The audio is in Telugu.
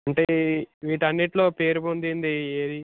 అంటే వీటి అన్నింటిలో పేరుపొందింది ఏది